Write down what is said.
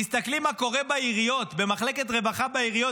תסתכלי מה קורה בעיריות, במחלקת הרווחה בעיריות.